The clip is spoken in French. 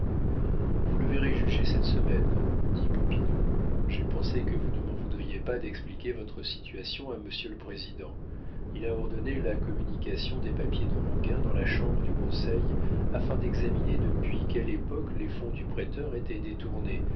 vous le verrez juger cette semaine dit popinot j'ai pensé que vous ne m'en voudriez pas d'expliquer votre situation à monsieur le président il a ordonné la communication des papiers de roguin dans la chambre du conseil afin d'examiner depuis quelle époque les fonds du prêteur étaient détournés